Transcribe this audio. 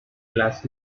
las